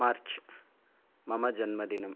मार्च् मम जन्मदिनम्